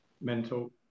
mental